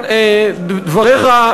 דבריך,